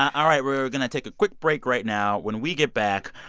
all right, we're going to take a quick break right now. when we get back,